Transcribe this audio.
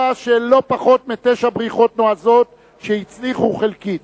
לא פחות מתשע בריחות נועזות שהצליחו חלקית.